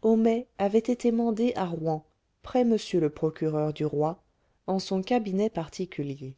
homais avait été mandé à rouen près m le procureur du roi en son cabinet particulier